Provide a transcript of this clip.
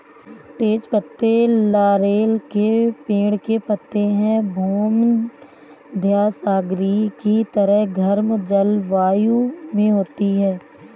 तेज पत्ते लॉरेल के पेड़ के पत्ते हैं भूमध्यसागरीय की तरह गर्म जलवायु में होती है